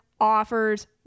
offers